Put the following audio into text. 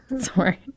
Sorry